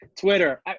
Twitter